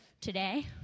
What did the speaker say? today